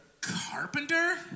carpenter